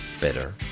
better